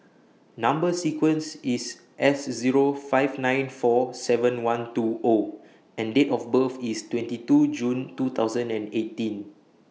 Number sequence IS S Zero five nine four seven one two O and Date of birth IS twenty two June two thousand and eighteen